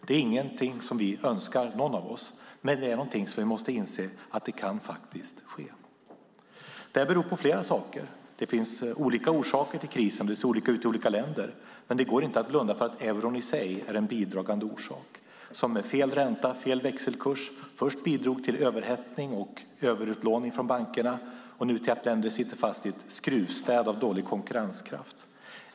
Det är ingenting som vi önskar, någon av oss, men det är någonting som vi måste inse faktiskt kan ske. Det finns olika orsaker till krisen, och det ser olika ut i olika länder. Men det går inte att blunda för att euron i sig är en bidragande orsak. Fel ränta och fel växelkurs bidrog först till överhettning och överutlåning från bankerna och nu till att länder sitter fast i ett skruvstäd av dålig konkurrenskraft.